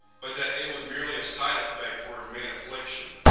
but that it was merely a side effect for its main affliction.